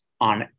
on